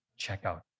checkout